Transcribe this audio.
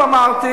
אמרתי